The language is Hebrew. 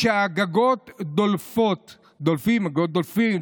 כשהגגות דולפות, דולפים, הגגות דולפים,